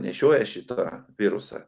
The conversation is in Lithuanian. nešioja šitą virusą